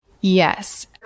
Yes